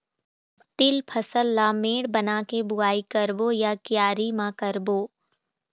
तील फसल ला मेड़ बना के बुआई करबो या क्यारी म करबो?